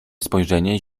spojrzenie